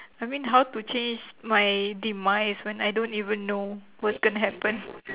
I mean how to change my demise when I don't even know what's gonna happen